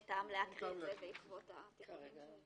תוקנה הבעלות בו בחלק הציבורילרשות המקומית ותימסר לה החזקה בו,